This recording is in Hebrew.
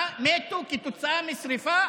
מתו כתוצאה משרפה